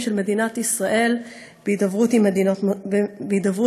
של מדינת ישראל בהידברות עם מדינות נוספות.